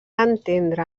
entendre